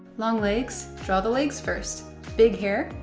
long legs? draw the legs first. big hair?